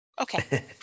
Okay